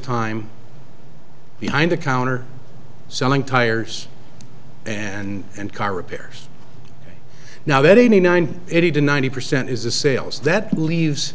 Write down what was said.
time behind the counter selling tires and car repairs now that eighty nine eighty to ninety percent is the sales that leaves